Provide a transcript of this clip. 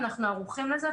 אנחנו ערוכים לזה,